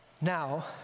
Now